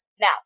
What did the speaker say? now